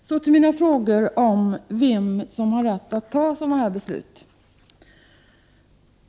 Så till min fråga om vem som har rätt att ta sådana här beslut.